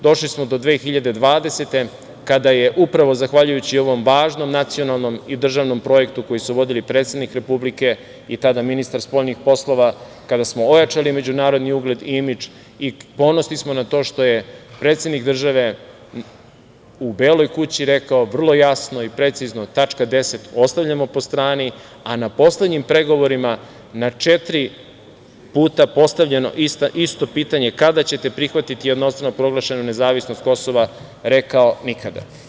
Došli smo do 2020. godine, kada je upravo zahvaljujući ovom važnom nacionalnom i državnom projektu, koji su vodili predsednik Republike i tada ministar spoljnih poslova, kada smo ojačali međunarodni ugled i imidž i ponosni smo na to što je predsednik države u Beloj kući rekao vrlo jasno i precizno - tačka 10. ostavljamo po strani, a na poslednjim pregovorima na četiri puta postavljeno isto pitanje - kada ćete prihvatiti jednostrano proglašenu nezavisnost Kosova, rekao - nikada.